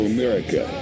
America